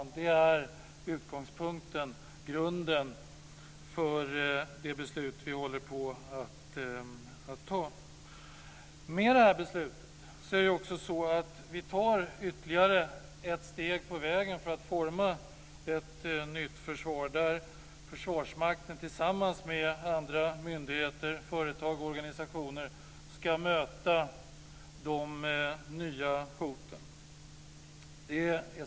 Det är grunden för det beslut som vi ska fatta. Med det här beslutet tar vi ytterligare ett steg på vägen för att forma ett nytt försvar, där Försvarsmakten tillsammans med andra myndigheter, företag och organisationer ska möta de nya hoten.